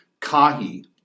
Kahi